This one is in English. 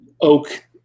oak